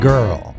Girl